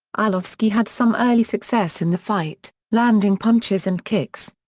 arlovski had some early success in the fight, landing punches and kicks.